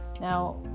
now